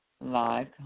live